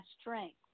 strength